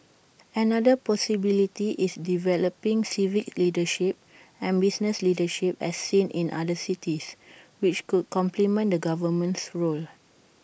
another possibility is developing civic leadership and business leadership as seen in other cities which could complement the government's role